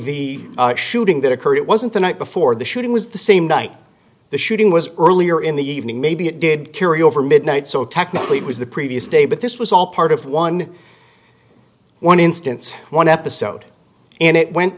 the shooting that occurred it wasn't the night before the shooting was the same night the shooting was earlier in the evening maybe it did curio over midnight so technically it was the previous day but this was all part of one one instance one episode and it went